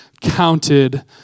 counted